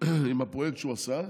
עם הפרויקט שהוא עשה,